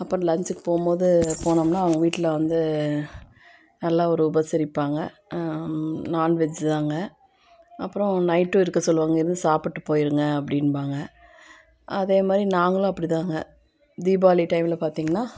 அப்புபறம் லஞ்சுக்கு போகும்போது போனோம்னால் அவங்க வீட்டில் வந்து நல்லா ஒரு உபசரிப்பாங்க நான்வெஜ்ஜுதாங்க அப்புறம் நைட்டும் இருக்க சொல்லுவாங்க இருந்து சாப்பிட்டு போயிடுங்க அப்படின்பாங்க அதே மாதிரி நாங்களும் அப்படிதாங்க தீபாவளி டைமில் பார்த்தீங்கன்னா